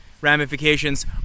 ramifications